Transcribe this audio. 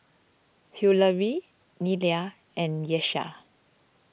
Hillery Nelia and Tyesha